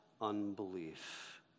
unbelief